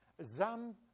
Zam